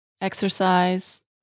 exercise